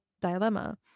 dilemma